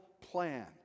plan